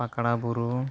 ᱯᱟᱠᱲᱟ ᱵᱩᱨᱩ